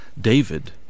David